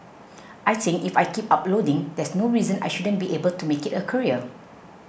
I think if I keep uploading there's no reason I shouldn't be able to make it a career